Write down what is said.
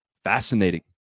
Fascinating